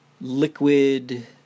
liquid